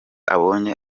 abonye